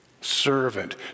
Servant